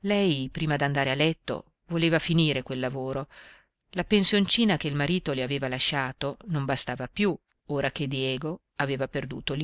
lei prima d'andare a letto voleva finire quel lavoro la pensioncina che il marito le aveva lasciato non bastava più ora che diego aveva perduto